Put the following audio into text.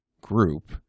group